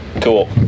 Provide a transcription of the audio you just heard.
Cool